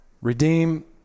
Redeem